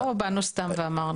לא סתם אמרנו.